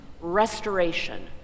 restoration